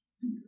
fear